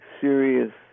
serious